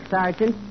Sergeant